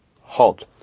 Halt